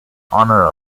honour